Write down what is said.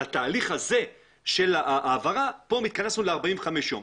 על התהליך הזה של ההעברה, התכנסנו ל-45 ימים.